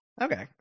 Okay